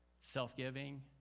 self-giving